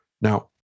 Now